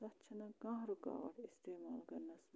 تَتھ چھَنہٕ کانٛہہ رُکاوَٹ استعمال کَرنَس منٛز